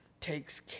Takes